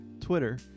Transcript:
twitter